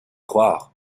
croire